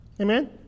Amen